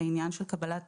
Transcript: לעניין של קבלת